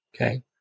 okay